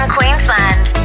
Queensland